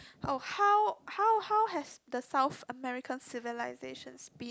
oh how how how has the South American civilisations been